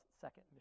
second